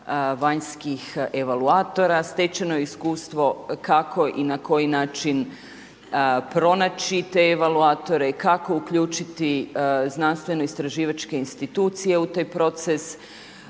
vanjskih evaluatora, stečeno je iskustvo kako i na koji način pronaći te evaluatore, kako uključiti znanstveno-istraživačke institucije u taj proces.